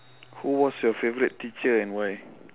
who was your favourite teacher and why